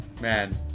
man